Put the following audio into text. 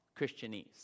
Christianese